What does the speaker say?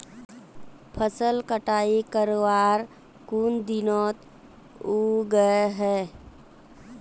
फसल कटाई करवार कुन दिनोत उगैहे?